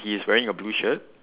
he is wearing a blue shirt